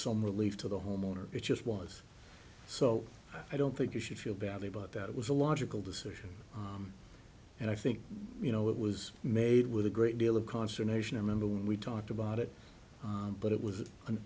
some relief to the homeowner it just was so i don't think you should feel badly about that it was a logical decision and i think you know it was made with a great deal of consternation and then we talked about it but it was an